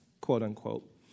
quote-unquote